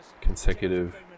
consecutive